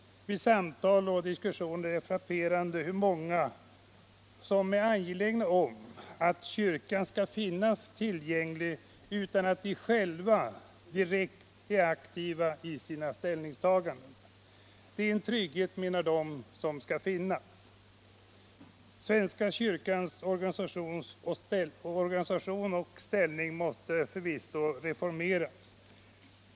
Vid samtal och diskussioner är det frapperande hur många som är angelägna om att kyrkan skall finnas tillgänglig utan att de själva är aktiva i sina ställningstaganden. De menar att det är en trygghet som skall finnas. Svenska kyrkans organisation och ställning måste förvisso reformeras.